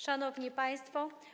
Szanowni Państwo!